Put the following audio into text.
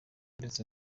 ndetse